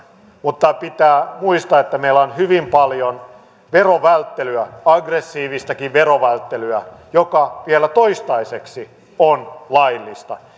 mutta pitää muistaa että meillä on hyvin paljon verovälttelyä aggressiivistakin verovälttelyä joka vielä toistaiseksi on laillista